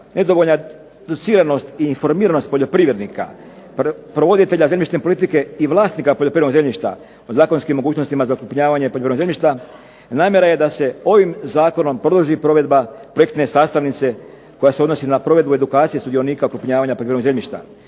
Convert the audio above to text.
nedovoljna educiranost i informiranost poljoprivrednika, provoditelja zemljišne politike i vlasnika poljoprivrednog zemljišta, o zakonskim mogućnostima za okrupnjavanje poljoprivrednog zemljišta, namjera je da se ovim zakonom produži provedba projektne sastavnice koja se odnosi na provedbu edukacije sudionika okrupnjavanja poljoprivrednog zemljišta